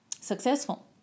successful